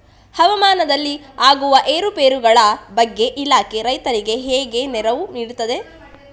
ಹವಾಮಾನದಲ್ಲಿ ಆಗುವ ಏರುಪೇರುಗಳ ಬಗ್ಗೆ ಇಲಾಖೆ ರೈತರಿಗೆ ಹೇಗೆ ನೆರವು ನೀಡ್ತದೆ?